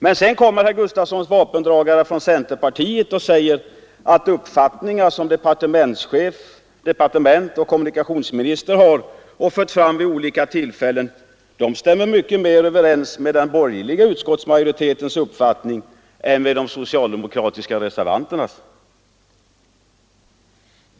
Men sedan sade herr Gustafsons vapendragare från centerpartiet att uppfattningar som departement och kommunikationsminister hyser och har fört fram vid olika tillfällen stämmer mycket bättre överens med den borgerliga utskottsmajoritetens uppfattning än med de socialdemokratiska reservanternas.